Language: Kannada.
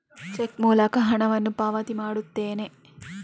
ಚೆಕ್ ಮೂಲಕ ಹಣ ಪಾವತಿ ಮಾಡುತ್ತೇನೆ